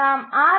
நாம் ஆர்